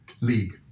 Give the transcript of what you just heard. league